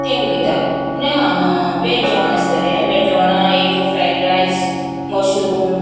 तें उलयतात म्हळ्यार वेज जेवण आसतलें वेज जेवणाक एक फ्रायड रायस मशरूम